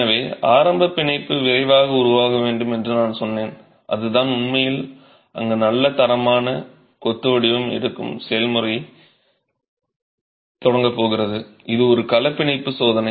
எனவே ஆரம்பப் பிணைப்பு விரைவாக உருவாக வேண்டும் என்று நான் சொன்னேன் அதுதான் உண்மையில் அங்கு நல்ல தரமான கொத்து வடிவம் எடுக்கும் செயல்முறையைத் தொடங்கப் போகிறது இது ஒரு களப்பிணைப்பு சோதனை